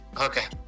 Okay